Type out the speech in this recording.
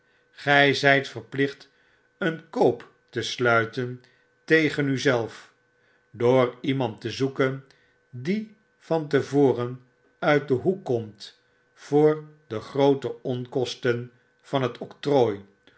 gy zyt verplicht een koop te sluiten tegen u zelf door iemand te zoeken die van te voren uit den hoek komt voor de groote onkosten van het